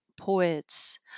poets